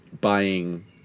buying